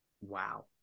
wow